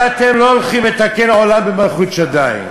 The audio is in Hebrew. הרי אתם לא הולכים לתקן עולם במלכות שדי.